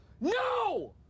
no